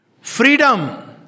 Freedom